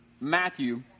Matthew